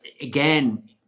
again